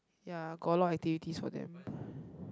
ya got a lot of activities for them